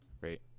Great